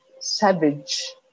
savage